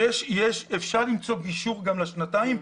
אפשר למצוא גישור גם לשנתיים,